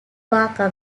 waka